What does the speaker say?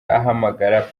ahamagara